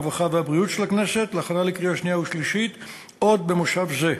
הרווחה והבריאות של הכנסת להכנה לקריאה שנייה ושלישית עוד במושב זה.